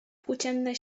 płócienne